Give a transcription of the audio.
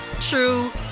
true